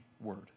word